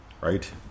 right